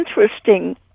interesting